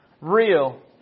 real